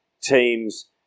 teams